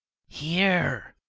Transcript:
here,